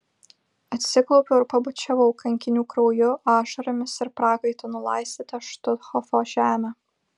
atsiklaupiau ir pabučiavau kankinių krauju ašaromis ir prakaitu nulaistytą štuthofo žemę